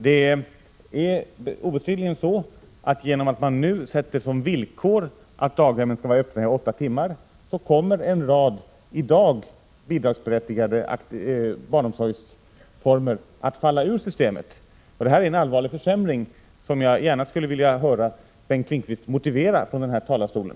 Det är obestridligen så att genom att det nu sätts som villkor att daghemmen skall vara öppna i åtta timmar, kommer en rad i dag bidragsberättigade barnomsorgsformer att falla ur systemet. Det är en allvarlig försämring som jag gärna skulle vilja höra Bengt Lindqvist motivera från den här talarstolen.